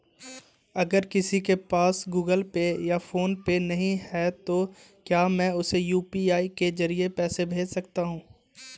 अगर किसी के पास गूगल पे या फोनपे नहीं है तो क्या मैं उसे यू.पी.आई के ज़रिए पैसे भेज सकता हूं?